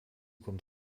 kommt